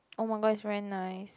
oh-my-god it's very nice